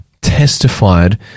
testified